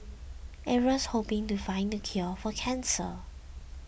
everyone's hoping to find the cure for cancer